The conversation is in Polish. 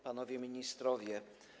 Panowie Ministrowie!